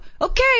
okay